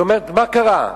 והיא אומרת: מה קרה?